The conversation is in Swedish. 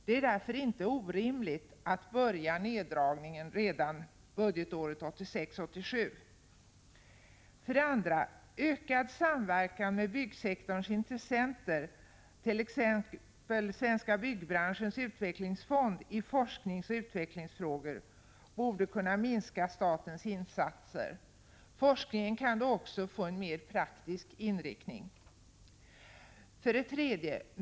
Det är därför inte orimligt att börja neddragningen redan budgetåret 1986/87. 2. Ökad samverkan med byggsektorns intressenter, t.ex. Svenska byggbranschens utvecklingsfond, i forskningsoch utvecklingsfrågor borde kunna minska statens insatser. Forskningen kan då också få en mer praktisk inriktning. 3.